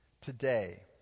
today